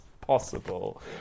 possible